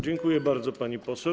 Dziękuję bardzo, pani poseł.